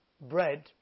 bread